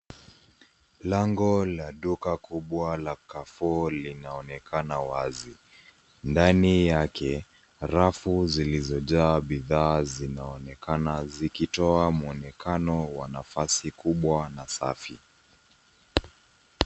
Lango la duka kubwa la Carrefour linaonekana wazi. Ndani yake, rafu zilizojaa bidhaa zinaonekana zikitoa mwonekano wa nafasi kubwa na safi.